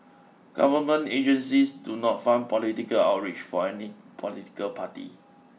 government agencies do not fund political outreach for any political party